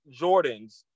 Jordans